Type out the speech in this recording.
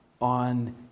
on